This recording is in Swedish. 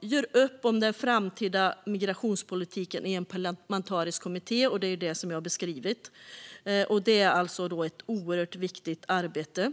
"Gör upp om den framtida migrationspolitiken i en parlamentarisk kommitté!" Det är också det som jag har beskrivit, som alltså är ett oerhört viktigt arbete.